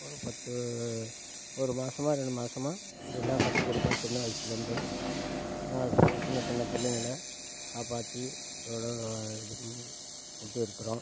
ஒரு பத்து ஒரு மாசமாக ரெண்டு மாசமாக அப்படில்லாம் கற்றுக் கொடுப்பேன் சின்ன வயசுலேருந்து அந்த மாதிரி சின்ன சின்ன பிள்ளைங்கள காப்பாற்றி எவ்வளோக்கு எவ்வளோ இது பண்ணி விட்டிருக்குறோம்